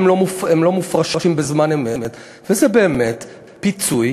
הם לא מופרשים בזמן אמת, וזה באמת פיצוי